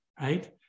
right